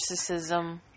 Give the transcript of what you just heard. narcissism